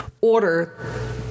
order